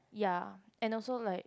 ya and also like